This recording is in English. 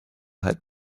had